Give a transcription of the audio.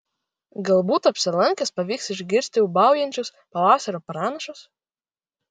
galbūt apsilankius pavyks išgirsti ūbaujančius pavasario pranašus